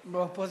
באופוזיציה.